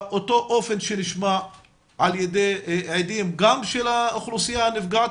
באותו אופן שנשמע על ידי עדים גם של האוכלוסייה הנפגעת,